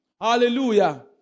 Hallelujah